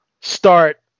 start